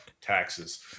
taxes